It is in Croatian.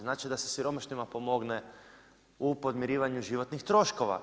Znači da se siromašnima pomogne u podmirivanju životnih troškova.